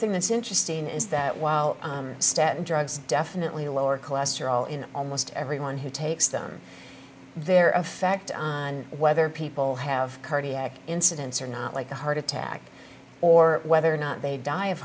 thing that's it justine is that while staten drugs definitely lower cholesterol in almost everyone who takes them their effect on whether people have cardiac incidents or not like a heart attack or whether or not they die of